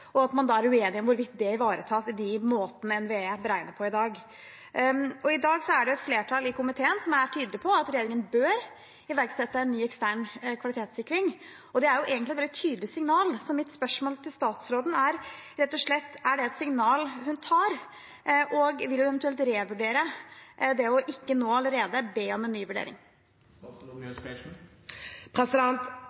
og at man da er uenige om hvorvidt det ivaretas i de måtene NVE beregner på i dag. I dag er det et flertall i komiteen som er tydelig på at regjeringen bør iverksette en ny ekstern kvalitetssikring, og det er jo egentlig et veldig tydelig signal. Så mitt spørsmål til statsråden er rett og slett: Er det et signal hun tar, og vil hun eventuelt revurdere det å ikke nå allerede be om en ny vurdering?